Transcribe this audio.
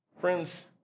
Friends